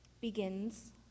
begins